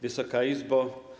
Wysoka Izbo!